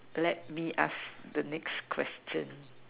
let me ask the next question